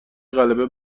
غلبه